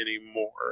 anymore